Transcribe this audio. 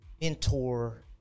mentor